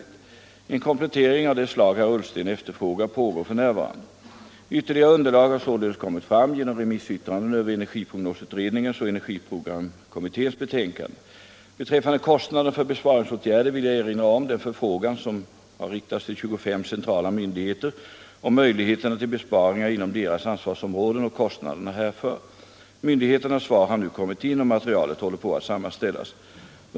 En komplettering av det slag herr Ullsten efterfrågar pågår för närvarande. Ytterligare underlag har således kommit fram genom remissyttrandena över energiprognosutredningens och energiprogramkommitténs betänkanden. Beträffande kostnaderna för besparingsåtgärder vill jag erinra om den förfrågan som har riktats till tjugofem centrala myndigheter om möjligheterna till besparingar inom deras ansvarsområden 17 och kostnaderna härför. Myndigheternas svar har nu kommit in och materialet håller på att sammanställas.